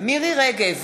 מירי רגב,